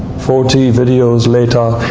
forty videos later.